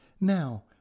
Now